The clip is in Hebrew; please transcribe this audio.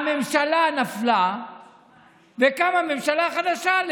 הממשלה נפלה וקמה ממשלה חדשה.